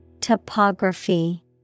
Topography